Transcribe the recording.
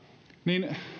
niin